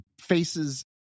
faces